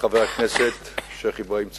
חבר הכנסת השיח' אברהים צרצור,